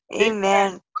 Amen